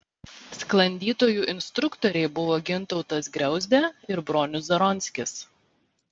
sklandytojų instruktoriai buvo gintautas griauzdė ir bronius zaronskis